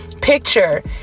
picture